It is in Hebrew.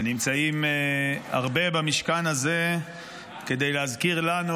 ונמצאים הרבה במשכן הזה כדי להזכיר לנו,